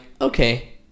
okay